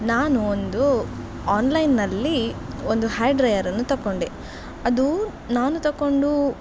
ನಾನು ಒಂದು ಆನ್ಲೈನ್ನಲ್ಲಿ ಒಂದು ಹ್ಯಾರ್ ಡ್ರೈಯರ್ನ್ನು ತಕ್ಕೊಂಡೆ ಅದು ನಾನು ತಕೊಂಡು